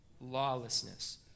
Lawlessness